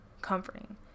comforting